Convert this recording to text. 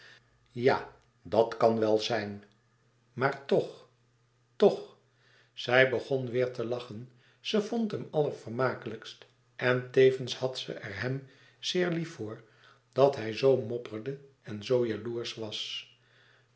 ja dat kan wel zijn maar toch toch zij begon weer te lachen ze vond hem allervermakelijkst en tevens had ze er hem zeer lief voor dat hij zoo mopperde en zoo jaloersch was